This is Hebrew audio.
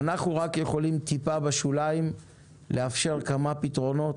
אנחנו רק יכולים טיפה בשוליים לאפשר כמה פתרונות